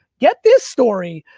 get this story,